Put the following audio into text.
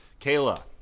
Kayla